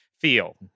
feel